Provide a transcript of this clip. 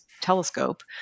telescope